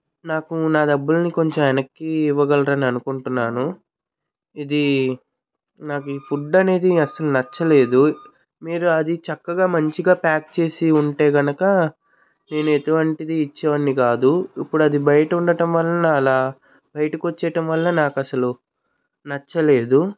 నాకు నా డబ్బులని కొంచెం వెనక్కి ఇవ్వగలని అనుకుంటున్నాను ఇది నాకు ఈ ఫుడ్ అనేది అసలు నచ్చలేదు మీరు అది చక్కగా మంచిగా ప్యాక్ చేసి ఉంటే కనుక నేను ఎటువంటిది ఇచ్చేవాడిని కాదు ఇప్పుడు అది బయట ఉండటం వల్ల అలా బయటికి వచ్చేయటం వల్ల నాకసలు నచ్చలేదు